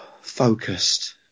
focused